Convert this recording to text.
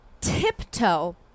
tiptoe